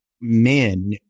men